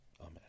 Amen